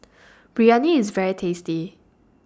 Biryani IS very tasty